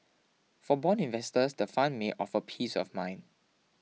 for bond investors the fund may offer peace of mind